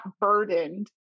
burdened